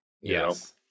Yes